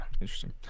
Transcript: interesting